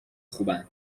خوبن